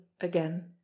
again